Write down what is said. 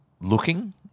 looking